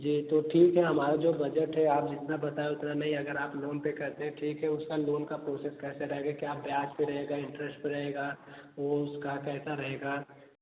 जी तो ठीक है हमारा जो बजट है आप जितना बताए उतना नहीं है अगर आप लोन पर करते हैं ठीक है उसका लोन का प्रोसेस कैसा रहेगा क्या ब्याज पर रहेगा क्या इंटरेस्ट पर रहेगा वह उसका कैसा रहेगा